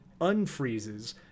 unfreezes